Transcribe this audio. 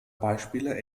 beispiele